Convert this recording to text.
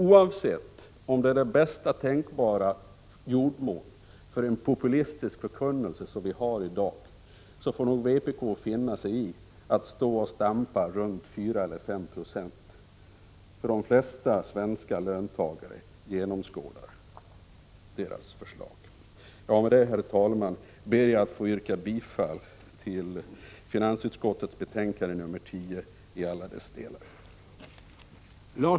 Oavsett om det är den bästa tänkbara jordmån för en populistisk förkunnelse som vi har i dag får nog vpk som parti finna sig i att stå och stampa runt 4 eller 5 96, för de flesta svenska löntagare genomskådar vpk:s förslag. Med det sagda, herr talman, ber jag att få yrka bifall till finansutskottets betänkande nr 10 i alla dess delar.